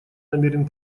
намерен